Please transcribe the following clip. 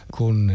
con